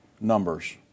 numbers